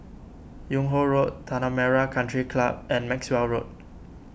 Yung Ho Road Tanah Merah Country Club and Maxwell Road